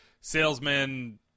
salesman